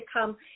come